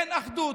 אין אחדות.